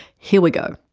here we go,